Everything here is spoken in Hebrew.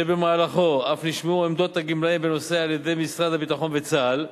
שבמהלכו אף נשמעו עמדות הגמלאים בנושא על-ידי משרד הביטחון וצה"ל,